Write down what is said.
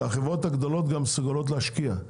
שהחברות הגדולות גם מסוגלות להשקיע.